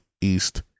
East